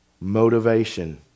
motivation